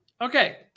Okay